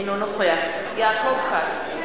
אינו נוכח יעקב כץ,